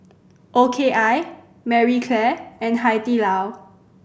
O K I Marie Claire and Hai Di Lao